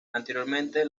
anteriormente